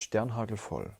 sternhagelvoll